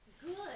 good